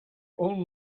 old